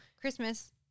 Christmas